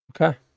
Okay